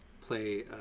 play